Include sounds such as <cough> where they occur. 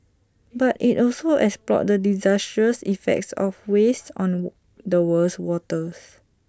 but IT also explored the disastrous effects of waste on <noise> the world's waters